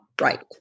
right